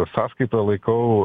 sąskaitą laikau